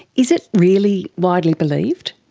is it really widely believed?